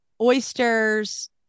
oysters